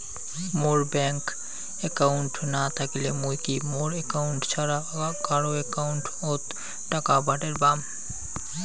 মোর bank account না থাকিলে মুই কি মোর একাউন্ট ছাড়া কারো একাউন্ট অত টাকা পাঠের পাম?